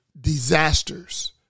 Disasters